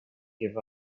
give